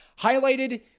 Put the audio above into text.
Highlighted